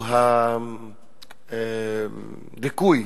או דיכוי,